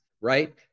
right